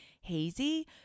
hazy